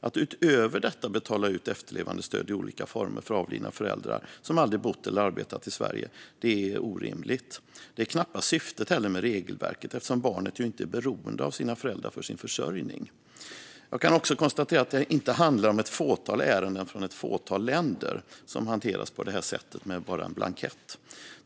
Att utöver detta betala ut efterlevandestöd i olika former, för avlidna föräldrar som aldrig har bott eller arbetat i Sverige, är orimligt. Det är knappast heller syftet med regelverket - barnet är ju inte beroende av sina föräldrar för sin försörjning. Jag kan också konstatera att det inte handlar om ett fåtal ärenden från ett fåtal länder som hanteras på detta sätt, med bara en blankett.